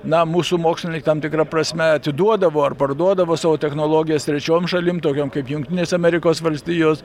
na mūsų mokslininkai tam tikra prasme atiduodavo ar parduodavo savo technologijas trečioms šalims tokiom kaip jungtinės amerikos valstijos